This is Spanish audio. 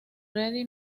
ready